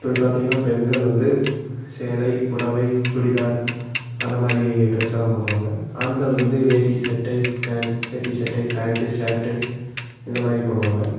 அப்படி பார்த்தீங்கன்னா பெண்கள் வந்து சேலை புடவை சுடிதார் அந்தமாதிரி ட்ரெஸ் எல்லாம் போடுவாங்க ஆண்கள் வந்து வேட்டி சட்டை பேண்ட் வேட்டி சட்டை பேண்ட்டு ஷர்ட்டு இந்தமாதிரி போடுவாங்க